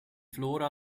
flora